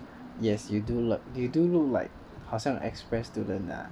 yes you do look you do look like 好像 express students ah